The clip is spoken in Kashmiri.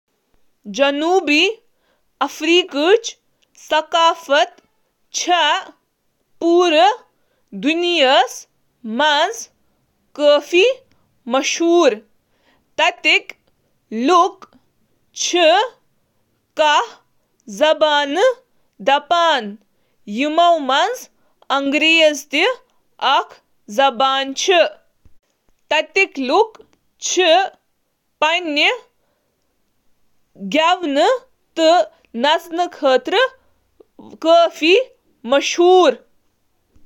جنوبی افریقی خاندان چِھ عام طورس پیٹھ محبت، حفاظتی تہٕ اظہار کرن وٲل آسان۔ شائستگی چُھ جنوبی افریقی ثقافتُک اکھ اہم پہلو۔ زیادٕ تر جنوبی افریقی خاندانن منٛز چُھ مذہب اہم کردار ادا کران تہٕ ہفتہٕ وار بنیادس پیٹھ چُھ مذہبی اجتماعک کُنہٕ نتہٕ کُنہٕ شکلہٕ منٛز حاضری واریاہ عام۔